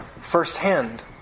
firsthand